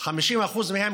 50% מהם,